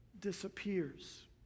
disappears